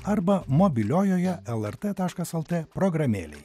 arba mobiliojoje lrt taškas el t programėlėje